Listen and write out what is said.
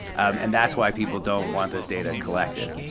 um and that's why people don't want this data collected.